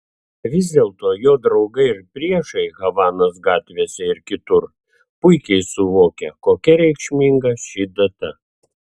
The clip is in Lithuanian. vis dėlto jo draugai ir priešai havanos gatvėse ir kitur puikiai suvokia kokia reikšminga ši data